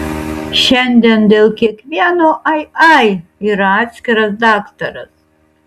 šiandien dėl kiekvieno ai ai yra atskiras daktaras